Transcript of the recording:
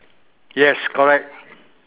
yes correct